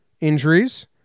injuries